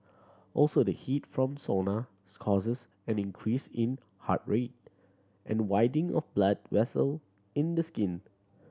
also the heat from sauna causes an increase in heart rate and widening of blood vessel in the skin